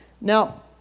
Now